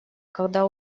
когда